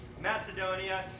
Macedonia